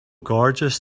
gorgeous